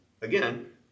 again